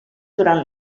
durant